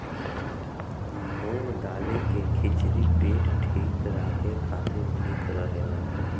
मूंग दाली के खिचड़ी पेट ठीक राखे खातिर निक रहेला